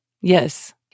Yes